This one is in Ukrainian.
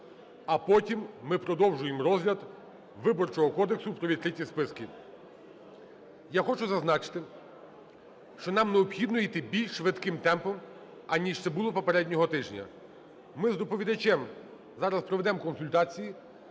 А потім ми продовжуємо розгляд Виборчого кодексу про відкриті списки. Я хочу зазначити, що нам необхідно йти більш швидким темпом, аніж це було попереднього тижня. Ми з доповідачем зараз проведемо консультації.